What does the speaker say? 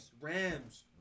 Rams